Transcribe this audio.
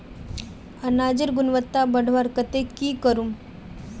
अनाजेर गुणवत्ता बढ़वार केते की करूम?